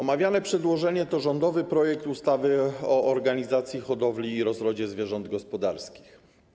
Omawiane przedłożenie to rządowy projekt ustawy o organizacji hodowli i rozrodzie zwierząt gospodarskich.